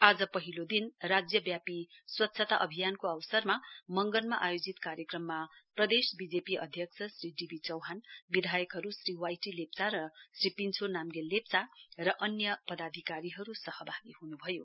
आज पहिलो दिन राज्यव्यापी स्वच्छता अभियानको अवसरमा मंगनमा आयोजित कार्यक्रममा प्रदेश वीजेपी अध्यक्ष श्री डी वी चौहान विधायकहरु श्री वाई टी लेप्चा र श्री पिन्छो नामोल लेप्चा र अन्य पदाधिकारीहरु सहभागी हुनुभयो